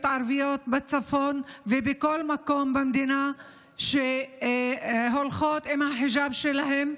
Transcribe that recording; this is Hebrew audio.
ערביות בצפון ובכל מקום במדינה שהולכות עם החיג'אב שלהן,